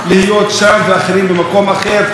להיות שם ואחרים במקום אחר.